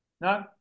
No